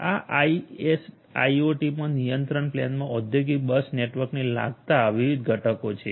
આ એસડીઆઈઆઈઓટીમાં નિયંત્રણ પ્લેનમાં ઔદ્યોગિક બસ નેટવર્કને લાગતા વિવિધ ઘટકો છે